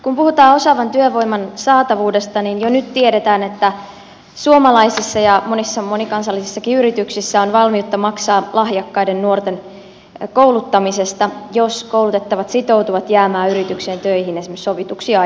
kun puhutaan osaavan työvoiman saatavuudesta niin jo nyt tiedetään että suomalaisissa ja monissa monikansallisissakin yrityksissä on valmiutta maksaa lahjakkaiden nuorten kouluttamisesta jos koulutettavat sitoutuvat jäämään yritykseen töihin esimerkiksi sovituksi ajaksi